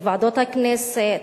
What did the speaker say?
בוועדות הכנסת,